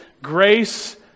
Grace